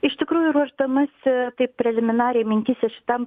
iš tikrųjų ruošdamasi taip preliminariai mintyse šitam